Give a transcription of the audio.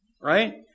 right